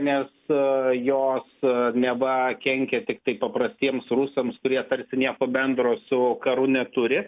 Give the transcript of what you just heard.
nes jos neva kenkia tiktai paprastiems rusams kurie tarsi nieko bendro su karu neturi